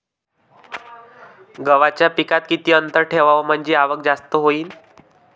गव्हाच्या पिकात किती अंतर ठेवाव म्हनजे आवक जास्त होईन?